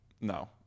No